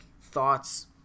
thoughts –